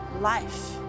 life